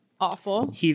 Awful